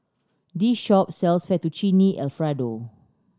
this shop sells Fettuccine Alfredo